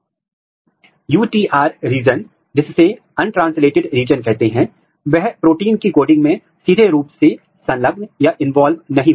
और फिर आप 1 तरह के रिपोर्टर जीन का उपयोग करते जैसे कि GUS GFP RFP किसी भी तरह का रिपोर्टर जीन आप यहां उपयोग कर सकते हैं